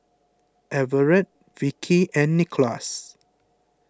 Everette Vicky and Nickolas